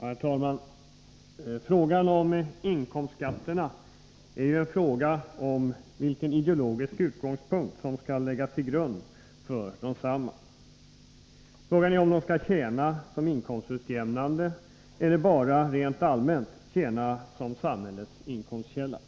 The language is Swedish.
Herr talman! Frågan om inkomstskatterna är en fråga om vilken ideologisk utgångspunkt som skall läggas till grund för dessa skatter — om de skall tjäna syftet att vara inkomstutjämnande eller bara rent allmänt vara en samhällets inkomstkälla.